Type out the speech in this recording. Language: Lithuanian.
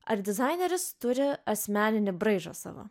ar dizaineris turi asmeninį braižą savo